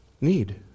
need